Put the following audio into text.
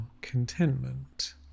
contentment